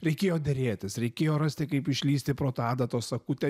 reikėjo derėtis reikėjo rasti kaip išlįsti pro tą adatos akutę